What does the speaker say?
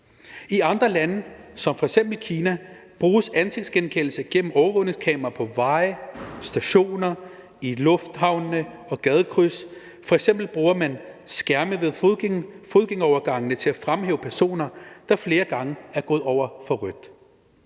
I andre lande, som f.eks. Kina, bruges ansigtsgenkendelse gennem overvågningskameraer på veje, på stationer, i lufthavne og i gadekryds. F.eks bruger man skærme ved fodgængerovergangene til at fremhæve personer, der flere gange er gået over for rødt.